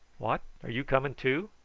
what! are you coming too?